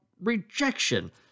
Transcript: rejection